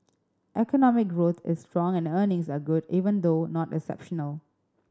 economic growth is strong and earnings are good even though not exceptional